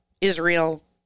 Israel